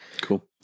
Cool